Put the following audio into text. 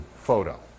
photo